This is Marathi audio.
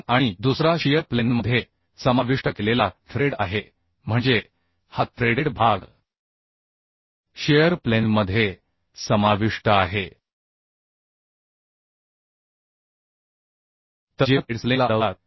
दोन आणि दुसरा शियर प्लेनमध्ये समाविष्ट केलेला थ्रेड आहे म्हणजे हा थ्रेडेड भाग शिअर प्लेनमध्ये समाविष्ट आहे तर जेव्हा थ्रेड्स प्लेनला अडवतात